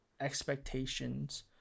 expectations